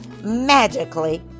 magically